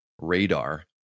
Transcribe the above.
Radar